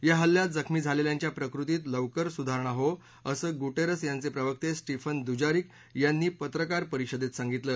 या इल्ल्यात जखमी झालेल्यांच्या प्रकृतीत लवकर सुधारणा होवो असे गुटेरस यांचे प्रवक्ते स्टीफन दुजारिक यांनी पत्रकार परिषदेत सांगितलं